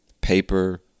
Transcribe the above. paper